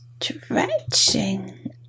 stretching